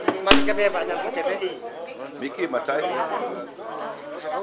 בהתאם לסעיף 10 לתקנון הכנסת,